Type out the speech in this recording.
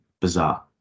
Bizarre